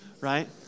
Right